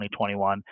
2021